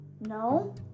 No